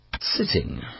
sitting